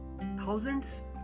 thousands